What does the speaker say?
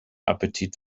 appetit